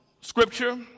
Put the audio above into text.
Scripture